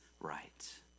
right